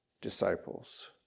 disciples